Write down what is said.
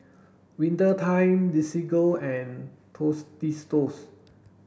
Winter Time Desigual and Tostitos